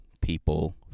people